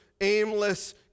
aimless